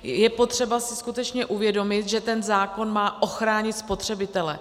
Je potřeba si skutečně uvědomit, že ten zákon má ochránit spotřebitele.